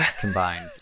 combined